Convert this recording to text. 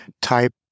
type